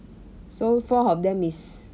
so four of them is